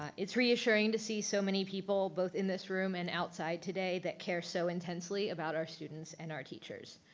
it's reassuring to see so many people, both in this room and outside today that care so intensely about our students and our teachers.